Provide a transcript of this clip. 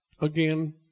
again